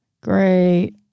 Great